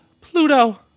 Pluto